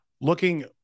looking